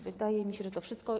Wydaje mi się, że to wszystko.